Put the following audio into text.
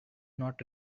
not